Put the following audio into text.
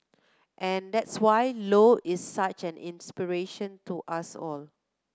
and that's why Low is such an inspiration to us all